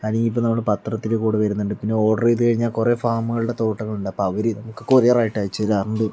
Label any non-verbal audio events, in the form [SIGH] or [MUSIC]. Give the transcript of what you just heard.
അല്ലെങ്കിൽ ഇപ്പോൾ നമ്മുടെ പത്രത്തിൻ്റെ കൂടെ വരുന്നുണ്ട് പിന്നെ ഓർഡർ ചെയ്തു കഴിഞ്ഞാ കുറേ ഫാമുകളുടെ തോട്ടങ്ങളുണ്ട് അപ്പോൾ അവര് വിത്ത് കൊറിയർ ആയിട്ട് അയച്ചു തരും [UNINTELLIGIBLE]